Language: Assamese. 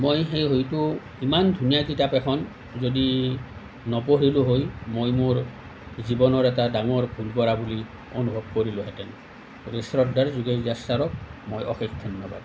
মই সেই হয়তো ইমান ধুনীয়া কিতাপ এখন যদি নপঢ়িলো হয় মই মোৰ জীৱনৰ এটা ডাঙৰ ভুল কৰা বুলি অনুভৱ কৰিলোহেঁতেন গতিকে শ্ৰদ্ধাৰ যোগেশ দাস চাৰক মোৰ অশেষ ধন্য়বাদ